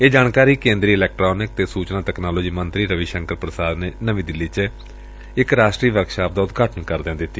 ਇਹ ਜਾਣਕਾਰੀ ਕੇਂਦਰੀ ਇਲੈਕਟਰਾਨਿਕ ਅਤੇ ਸੁਚਨਾ ਤਕਨਾਲੋਜੀ ਮੰਤਰੀ ਰਵੀ ਸ਼ੰਕਰ ਪ੍ਸਾਦ ਨੇ ਨਵੀਂ ਦਿੱਲੀ ਚ ਇਕ ਰਾਸ਼ਟਰੀ ਵਰਕਸ਼ਾਪ ਦਾ ਉਦਘਾਟਨ ਕਰਦਿਆ ਦਿੱਤੀ